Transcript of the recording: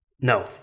No